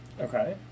Okay